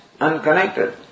unconnected